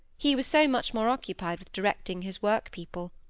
he was so much more occupied with directing his work-people.